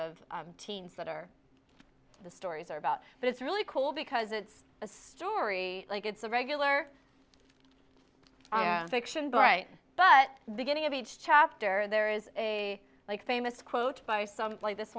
of teens that are the stories are about but it's really cool because it's a story like it's a regular fiction bright but beginning of each chapter there is a like famous quote by some like this